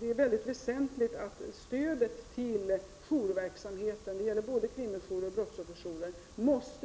Det är väsentligt att stödet till jourverksamhet — såväl kvinnojourer som brottsofferjourer —